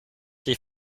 die